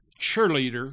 cheerleader –